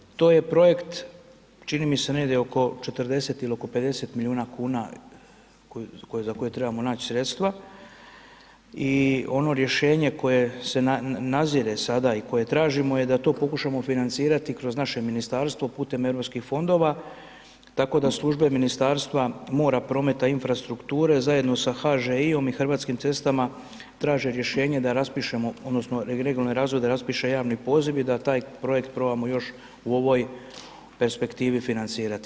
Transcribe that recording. To je projekt, čini mi se negdje oko 40 ili oko 50 milijuna kuna za koje trebamo naći sredstva i ono rješenje koje se nazire sada i koje tražimo je da to pokušamo financirati kroz naše ministarstvo putem EU fondova, tako da službe Ministarstva mora, prometa i infrastrukture zajedno sa HŽI-om i Hrvatskim cestama traže rješenje da raspišemo, odnosno regionalni razvoj da raspiše javni poziv i da taj projekt probamo još u ovoj perspektivi financirati.